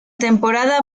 temporada